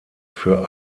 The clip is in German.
für